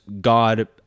God